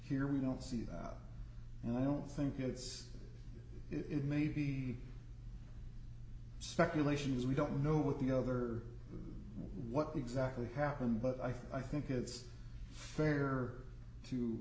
here we don't see that and i don't think it's it may be speculations we don't know what the other what exactly happened but i think it's fair to